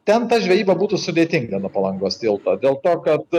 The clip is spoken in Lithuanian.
ten ta žvejyba būtų sudėtinga nuo palangos tilto dėl to kad